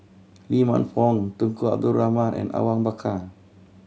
Lee Man Fong Tunku Abdul Rahman and Awang Bakar